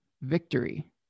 victory